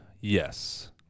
Yes